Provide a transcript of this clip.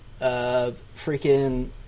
freaking